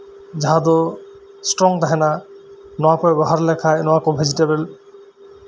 ᱡᱟᱦᱟᱸ ᱫᱚ ᱥᱴᱚᱨᱚᱝ ᱛᱟᱦᱮᱱᱟ ᱱᱚᱶᱟ ᱠᱚ ᱵᱮᱣᱦᱟᱨ ᱞᱮᱠᱷᱟᱱ ᱱᱚᱶᱟ ᱠᱚ ᱵᱷᱮᱡᱤᱴᱮᱵᱮᱞ